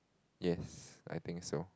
yes I think so